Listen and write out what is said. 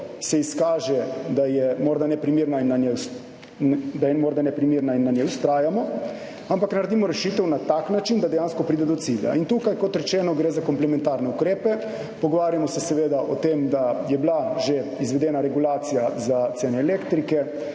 se izkaže, da je morda neprimerna in pri njej vztrajamo, ampak naredimo rešitev na tak način, da dejansko pride do cilja. In tukaj, kot rečeno, gre za komplementarne ukrepe, pogovarjamo se seveda o tem, da je bila že izvedena regulacija cen elektrike